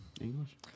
English